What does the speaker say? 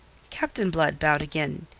captain blood bowed again.